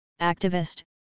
activist